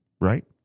right